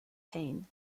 pain